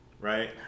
right